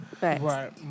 Right